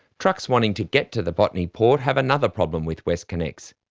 trucks wanting to get to the botany port have another problem with westconnex.